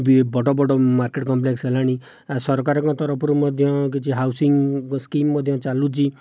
ବି ବଡ଼ ବଡ଼ market complex ହେଲାଣି ଆଉ ସରକାରଙ୍କ ତରଫରୁ ମଧ୍ୟ କିଛି ହାଉସିଂ ସ୍କିମ ମଧ୍ୟ ଚାଲୁଛି